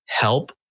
help